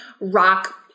rock